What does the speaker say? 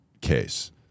case